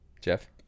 Jeff